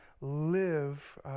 live